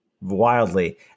wildly